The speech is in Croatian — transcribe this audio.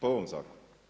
Po ovom zakonu.